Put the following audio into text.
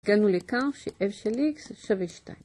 הגענו לך ש-f של x שווה 2.